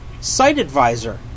SiteAdvisor